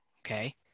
Okay